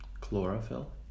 chlorophyll